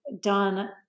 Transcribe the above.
done